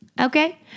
okay